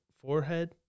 forehead